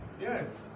Yes